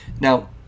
Now